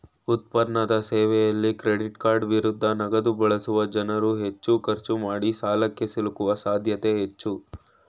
ಉತ್ಪನ್ನದ ಸೇವೆಯಲ್ಲಿ ಕ್ರೆಡಿಟ್ಕಾರ್ಡ್ ವಿರುದ್ಧ ನಗದುಬಳಸುವ ಜನ್ರುಹೆಚ್ಚು ಖರ್ಚು ಮಾಡಿಸಾಲಕ್ಕೆ ಸಿಲುಕುವ ಸಾಧ್ಯತೆ ಹೆಚ್ಚು